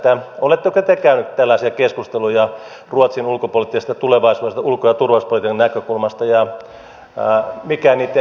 oletteko te käynyt tällaisia keskusteluja ruotsin ulkopoliittisesta tulevaisuudesta ulko ja turvallisuuspolitiikan näkökulmasta ja mikä niitten sisältö mahdollisesti on ollut